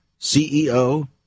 CEO